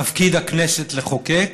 תפקיד הכנסת לחוקק.